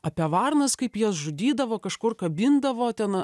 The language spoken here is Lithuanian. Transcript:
apie varnas kaip jas žudydavo kažkur kabindavo ten